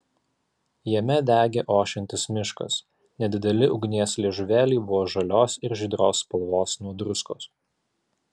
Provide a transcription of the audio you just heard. jame degė ošiantis miškas nedideli ugnies liežuvėliai buvo žalios ir žydros spalvos nuo druskos